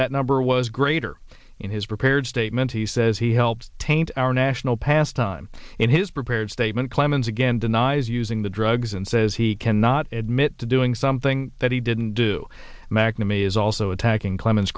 that number was greater in his prepared statement he says he helps taint our national pastime in his prepared statement clemens again denies using the drugs and says he cannot admit to doing something that he didn't do mcnamee is also attacking clemens